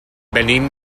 venim